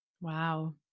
Wow